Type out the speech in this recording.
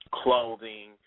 clothing